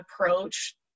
approach